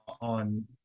on